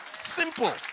Simple